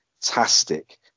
fantastic